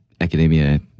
academia